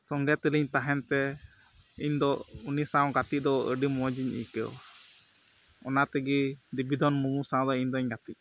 ᱥᱚᱸᱜᱮ ᱛᱮᱞᱤᱧ ᱛᱟᱦᱮᱱ ᱛᱮ ᱤᱧᱫᱚ ᱩᱱᱤ ᱥᱟᱶ ᱜᱟᱛᱮ ᱫᱚ ᱟᱹᱰᱤ ᱢᱚᱡᱽ ᱤᱧ ᱟᱹᱭᱠᱟᱹᱣᱟ ᱚᱱᱟ ᱛᱮᱜᱮ ᱫᱮᱵᱤᱫᱷᱚᱱ ᱢᱩᱨᱢᱩ ᱥᱟᱶ ᱫᱚ ᱤᱧ ᱫᱚ ᱜᱟᱛᱮᱜᱼᱟ